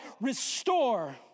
restore